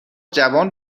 جوان